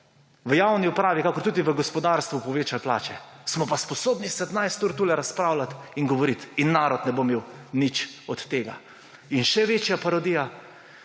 v javni upravi in tudi v gospodarstvu, povečali plače. Smo pa sposobni 17 ur tu razpravljati in govoriti in narod ne bo imel nič od tega. In še večja parodija,